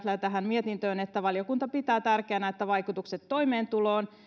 tähän mietintöön valiokunta pitää tärkeänä että vaikutukset toimeentuloon